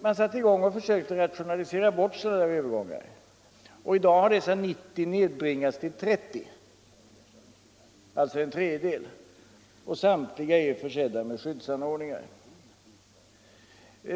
Man satte i gång och försökte rationalisera bort övergångar, och i dag har dessa 90 nedbringats till 30 — alltså en tredjedel — och samtliga är försedda med skyddsanordningar.